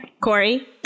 Corey